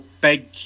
big